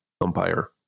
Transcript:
umpire